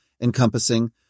encompassing